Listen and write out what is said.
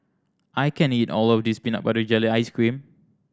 I can't eat all of this peanut butter jelly ice cream